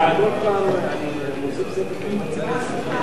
ההצעה להעביר את הצעת חוק לשון הרע (תיקון,